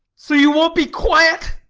so you won't be quiet?